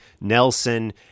Nelson